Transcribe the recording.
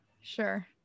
Sure